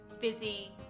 busy